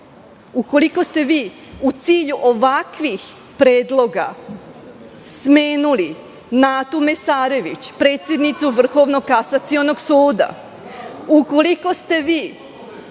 ukoliko ste vi u cilju ovakvih predloga smenili Natu Mesarević, predsednicu Vrhovnog kasacionog suda, ukoliko ste vi